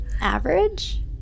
Average